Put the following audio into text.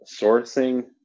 sourcing